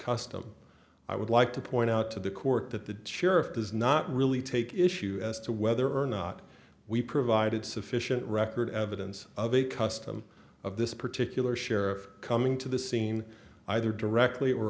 custom i would like to point out to the court that the sheriff does not really take issue as to whether or not we provided sufficient record evidence of a custom of this particular sheriff coming to the scene either directly or